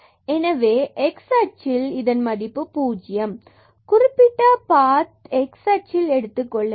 எனவே x அச்சில் axis y 0 ஆகும் குறிப்பிட்ட பாத் x axis ல் எடுத்துக் கொள்ளலாம்